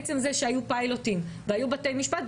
עצם זה שהיו פיילוטים והיו בתי משפט,